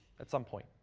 at some point.